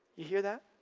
you hear that?